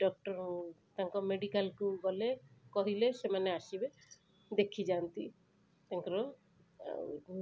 doctor ତାଙ୍କ ମେଡ଼ିକାଲକୁ ଗଲେ କହିଲେ ସେମାନେ ଆସିବେ ଦେଖିଯାନ୍ତି ତାଙ୍କର ତା'ପରେ ଆଉ କ'ଣ